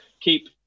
keep